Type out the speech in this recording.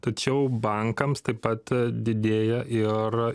tačiau bankams taip pat didėja ir